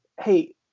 hey